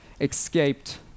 escaped